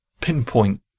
pinpoint